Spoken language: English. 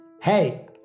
Hey